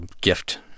gift